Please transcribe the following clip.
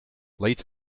late